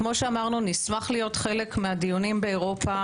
כאמור נשמח להיות חלק מהדיונים באירופה